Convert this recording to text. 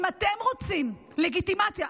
אם אתם רוצים לגיטימציה,